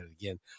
again